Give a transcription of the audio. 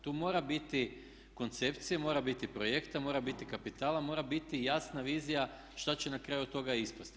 Tu mora biti koncepcije, mora biti projekta, mora biti kapitala, mora biti jasna vizija šta će na kraju od toga ispasti.